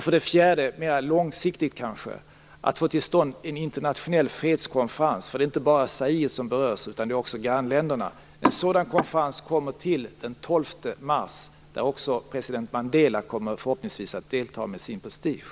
För det fjärde gäller det, vilket är mera långsiktigt, att få till stånd en internationell fredskonferens. Det är inte bara Zaire som berörs utan också grannländerna. En sådan konferens skall äga rum den 12 mars, där också president Mandela förhoppningsvis kommer att delta med sin prestige.